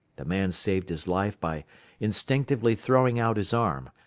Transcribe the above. the man saved his life by instinctively throwing out his arm,